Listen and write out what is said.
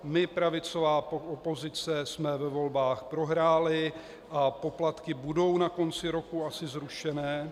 My, pravicová opozice, jsme ve volbách prohráli a poplatky budou asi na konci roku zrušeny.